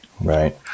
Right